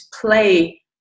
play